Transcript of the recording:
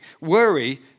Worry